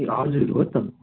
ए हजुर हो त